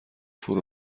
فرو